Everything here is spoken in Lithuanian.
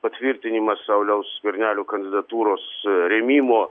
patvirtinimas sauliaus skvernelio kandidatūros rėmimo